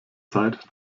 zeit